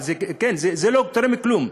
אבל זה לא תורם כלום.